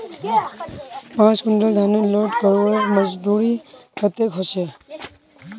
पाँच कुंटल धानेर लोड करवार मजदूरी कतेक होचए?